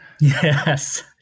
Yes